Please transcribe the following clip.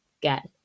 get